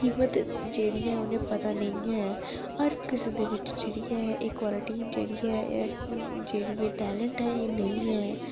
कीमत जेह्ड़ी ऐ उ'नें ई पता नेईं ऐ हर कुसै दे बिच जेह्ड़ी ऐ एह् क्वालिटी जेह्ड़ी ऐ जेह्ड़ी एह् टैलेंट ऐ एह् नेईं ऐ